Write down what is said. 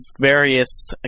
various